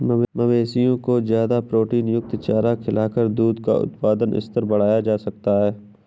मवेशियों को ज्यादा प्रोटीनयुक्त चारा खिलाकर दूध का उत्पादन स्तर बढ़ाया जा सकता है